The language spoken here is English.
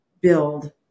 build